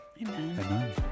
Amen